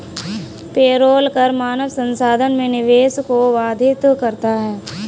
payroll कर मानव संसाधन में निवेश को बाधित करता है